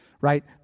right